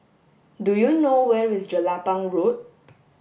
do you know where is Jelapang Road